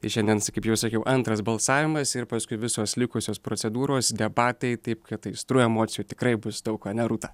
tai šiandien sa kaip jau sakiau antras balsavimas ir paskui visos likusios procedūros debatai taip kad aistrų emocijų tikrai bus daug ane rūta